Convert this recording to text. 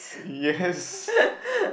yes